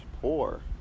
poor